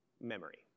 memory